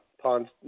ponds